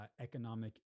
economic